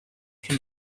can